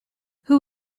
who